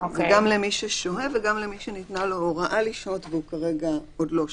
גם למי ששוהה וגם למי שניתנה לו הוראה לשהות והוא כרגע עוד לא שוהה.